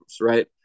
right